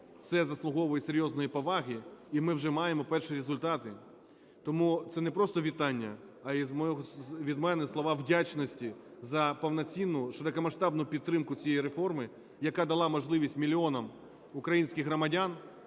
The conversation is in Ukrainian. це заслуговує серйозної поваги, і ми вже маємо перші результати. Тому це не просто вітання, а від мене слова вдячності за повноцінну, широкомасштабну підтримку цієї реформи, яка дала можливість мільйонам українських громадян